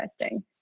interesting